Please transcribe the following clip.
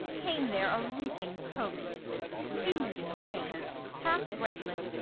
came there a reeking post, stew'd in his haste, half breathless,